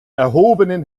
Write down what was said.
erhobenen